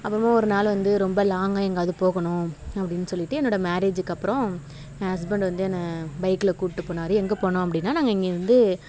அப்புறமா ஒரு நாள் வந்து ரொம்ப லாங்காக எங்காவது போகணும் அப்படின்னு சொல்லிட்டு என்னோடய மேரேஜிக்கு அப்புறம் என் ஹஸ்பண்ட் வந்து என்னை பைக்கில் கூட்டு போனார் எங்கேப் போனோம் அப்படின்னா நாங்கள் இங்கிருந்து